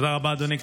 תודה רבה, אדוני.